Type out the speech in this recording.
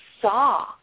saw